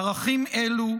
ערכים אלו,